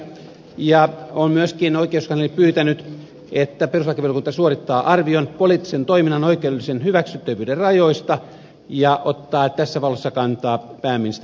oikeuskansleri on myöskin pyytänyt että perustuslakivaliokunta suorittaa ar vion poliittisen toiminnan oikeudellisen hyväksyttävyyden rajoista ja ottaa tässä valossa kantaa pääministerin menettelyyn